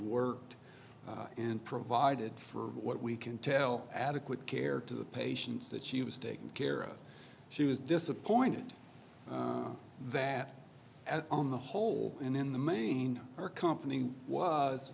worked and provided for what we can tell adequate care to the patients that she was taking care of she was disappointed that on the whole and in the main her company was